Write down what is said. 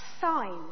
sign